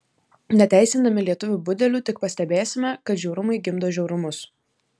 neteisindami lietuvių budelių tik pastebėsime kad žiaurumai gimdo žiaurumus